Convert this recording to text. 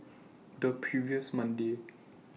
The previous Monday